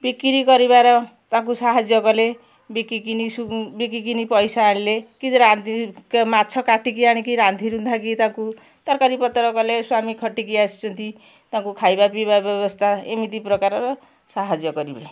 ବିକ୍ରି କରିବାର ତାଙ୍କୁ ସାହାଯ୍ୟ କଲେ ବିକିକିନି ବିକିକିନି ପଇସା ଆଣିଲେ କି ରାନ୍ଧି ମାଛ କାଟିକି ଆଣିକି ରାନ୍ଧି ରୁନ୍ଧା କି ତାକୁ ତରକାରୀ ପତ୍ର କଲେ ସ୍ବାମୀ ଖଟିକି ଆସିଛନ୍ତି ତାଙ୍କୁ ଖାଇବା ପିଇବା ବ୍ୟବସ୍ଥା ଏମିତି ପ୍ରକାରର ସାହାଯ୍ୟ କରିବେ